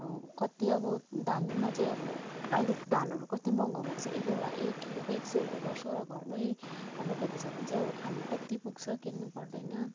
अब कति अब धानमा चाहिँ अब अहिले धानहरू कति महँगो भएको छ एउटा एक किलोकै एक सय रुपियाँ गर्छ र घरमै रोपेको छ भने चाहिँ अब खानु पनि कति पुग्छ किन्नु पर्दैन